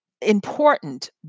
important